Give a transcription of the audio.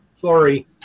sorry